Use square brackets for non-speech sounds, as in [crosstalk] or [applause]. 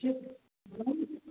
[unintelligible]